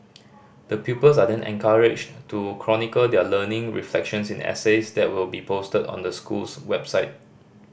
the pupils are then encouraged to chronicle their learning reflections in essays that will be posted on the school's website